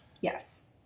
Yes